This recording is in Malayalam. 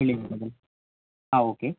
ആ ഓക്കെ